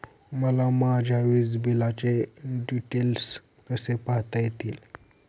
मला माझ्या वीजबिलाचे डिटेल्स कसे पाहता येतील?